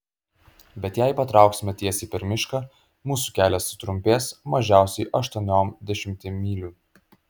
bet jei patrauksime tiesiai per mišką mūsų kelias sutrumpės mažiausiai aštuoniom dešimtim mylių